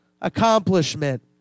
accomplishment